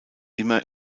immer